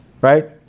Right